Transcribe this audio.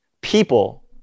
people